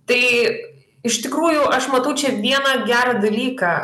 tai iš tikrųjų aš matau čia vieną gerą dalyką